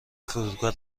فرودگاه